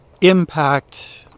impact